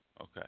Okay